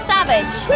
Savage